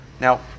Now